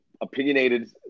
opinionated